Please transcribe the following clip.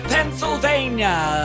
Pennsylvania